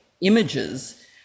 images